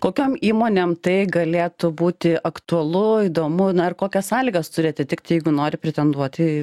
kokiom įmonėm tai galėtų būti aktualu įdomu na ir kokias sąlygas turi atitikt jeigu nori pretenduot į